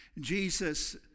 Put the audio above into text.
Jesus